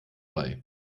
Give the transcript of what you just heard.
bei